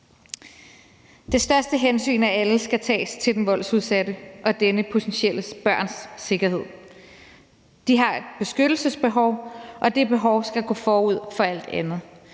Det største hensyn af alle skal tages til den voldsudsatte og dennes potentielle børns sikkerhed. De har et beskyttelsesbehov, og det behov skal gå forud for alt andet.